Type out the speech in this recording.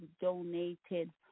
donated